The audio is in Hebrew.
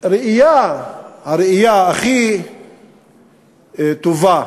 הראיה הכי טובה